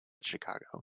chicago